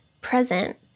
present